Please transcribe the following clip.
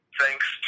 thanks